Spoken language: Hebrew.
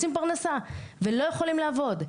רוצים פרנסה ולא יכולים לעבוד.